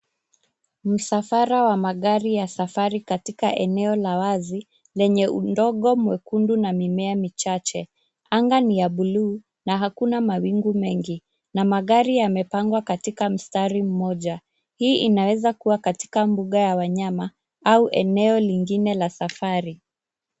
Msafara wa magari ya safari katika eneo la wazi lenye udongo mwekundu na mimea michache. Anga ni ya bluu na hakuna mawingu mengi na magari yamepangwa katika mstari mmoja. Hii inaweza kuwa katika mbuga la wanyama au eneo lingine la safari.